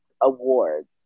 awards